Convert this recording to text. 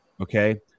okay